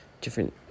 different